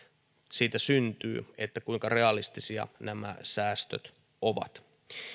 syntyy siitä kuinka realistisia nämä säästöt ovat